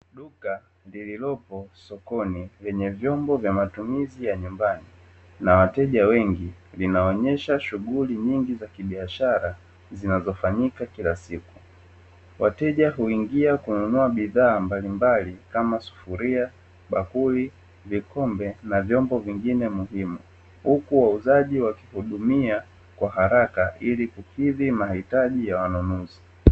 Duka lililopo sokoni lenye vyombo vya matumizi ya nyumbani, na wateja wengi linaonyesha shughuli nyingi za kibiashara zinazofanyika kila siku. Wateja uingia kununua bidhaa mbalimbali kama; sufuria, bakuli, vikombe na vyombo vingine muhimu, huku wauzaji wakihudumia kwa haraka ili kukidhi mahitaji ya wanunuzi.